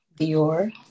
Dior